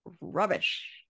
Rubbish